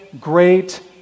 great